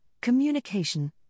communication